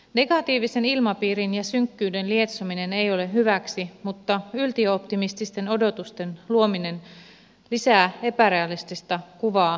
negatiivisen ilmapiirin ja synkkyyden lietsominen ei ole hyväksi mutta yltiöoptimististen odotusten luominen lisää epärealistista kuvaa paremmasta todellisuudesta